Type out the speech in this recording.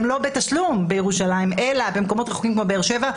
גם לא בתשלום אלא במקומות רחוקים כמו באר שבע,